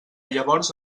llavors